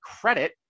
credit